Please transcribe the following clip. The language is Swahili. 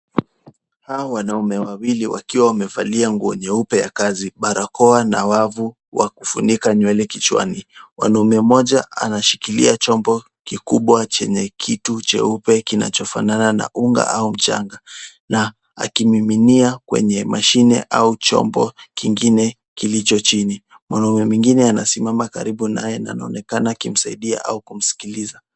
Hawa wanaume wawili wakiwa wamevalia nguo yeupe ya kazi, barakoa na wavu wa kufunika nywele kichwani. Mwanamume mmoja anashikilia chombo kikubwa chenye kitu cheupe kinachofanana na unga au mchanga, na akimiminia kwenye mashine au chombo kingine kilicho chini. Mwanamume mwingine anasimama karibu naye na anaonekana akimsaidia au kumsikiliza.